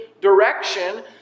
direction